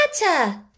matter